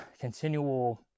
continual